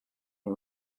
him